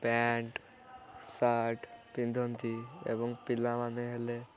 pant shirt ପିନ୍ଧନ୍ତି ଏବଂ ପିଲାମାନେ ହେଲେ